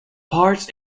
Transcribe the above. part